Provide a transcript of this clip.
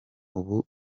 ubu